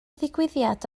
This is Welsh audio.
ddigwyddiad